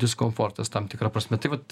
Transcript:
diskomfortas tam tikra prasme tai vat